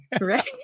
Right